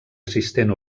assistent